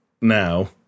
now